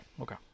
okay